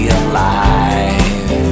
alive